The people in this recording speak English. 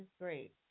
great